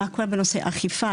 מה קורה בנושא אכיפה,